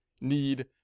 need